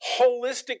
holistic